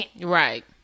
Right